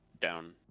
down